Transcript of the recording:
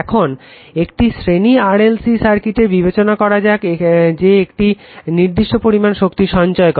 এখন একটি শ্রেণী RLC সার্কিট বিবেচনা করা যাক যে একটি নির্দিষ্ট পরিমাণ শক্তি সঞ্চয় করে